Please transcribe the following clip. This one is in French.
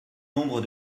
nombre